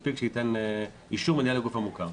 מספיק שייתן אישור הגוף המוכר,